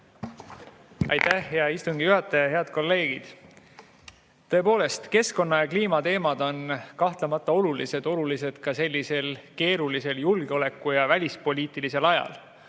Aitäh, hea istungi juhataja! Head kolleegid! Tõepoolest, keskkonna‑ ja kliimateemad on kahtlemata olulised, olulised ka sellisel keerulisel välispoliitilisel ajal